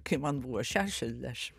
kai man buvo šešiasdešim